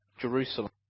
Jerusalem